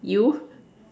you